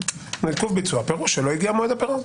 עיכוב ביצוע פירוש שלא הגיע מועד הפירעון,